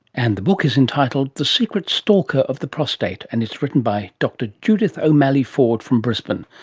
and the book is entitled the secret stalker of the prostate and it's written by dr judith o'malley-ford from brisbane.